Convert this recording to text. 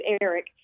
eric